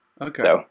Okay